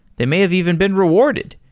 they may have even been rewarded,